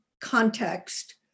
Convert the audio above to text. context